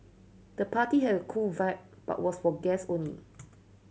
the party had a cool vibe but was for guests only